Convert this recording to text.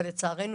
אבל לצערנו,